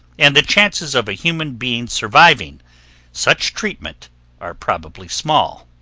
and the chances of a human being surviving such treatment are probably small.